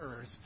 earth